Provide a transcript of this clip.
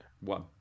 One